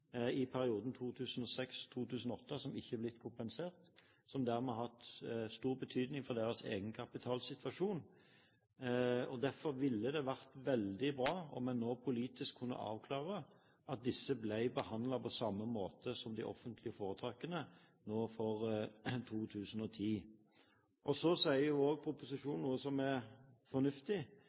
i perioden 2006–2008, som ikke har blitt kompensert, og som dermed har hatt stor betydning for deres egenkapitalsituasjon. Derfor ville det vært veldig bra om vi nå politisk kunne avklare at disse nå ble behandlet på samme måte som de offentlige foretakene for 2010. Og så sier også proposisjonen noe som er fornuftig,